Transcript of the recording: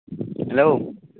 hello